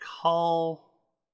call